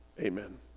Amen